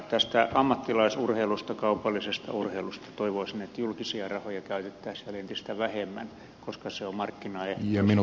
ammattilaisurheiluun kaupalliseen urheiluun liittyen toivoisin että julkisia rahoja käytettäisiin siellä entistä vähemmän koska se on markkinaehtoista